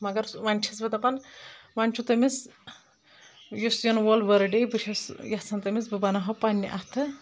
مگر سُہ وۄنۍ چھیٚس بہٕ دَپان وۄنۍ چھُ تٔمِس یُس ینہٕ وول بٔرٕتھ ڈے بہٕ چھیٚس یژھان تٔمِس بہٕ بناوہاو پننہِ اَتھہٕ